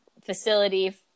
facility